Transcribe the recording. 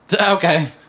Okay